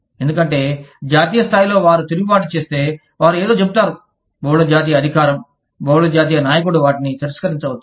ఎందుకంటే జాతీయ స్థాయిలో వారు తిరుగుబాటు చేస్తే వారు ఏదో చెబుతారు బహుళ జాతీయ అధికారం బహుళ జాతీయ నాయకుడు వాటిని తిరస్కరించవచ్చు